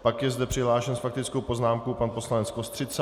Pak je zde přihlášen s faktickou poznámkou pan poslanec Kostřica.